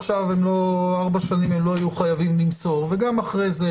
עכשיו הם 4 שנים הם לא יהיו חייבים למסור וגם אחרי זה,